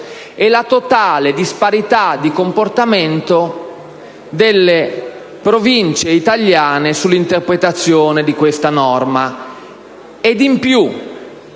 la totale disparità di comportamento delle Province italiane circa l'interpretazione di questa norma